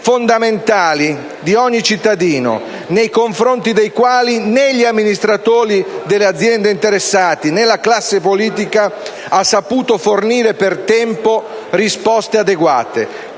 fondamentali di ogni cittadino, nei confronti dei tali né gli amministratori delle aziende interessate, né la classe politica hanno saputo fornire per tempo risposte adeguate,